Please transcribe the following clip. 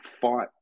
fought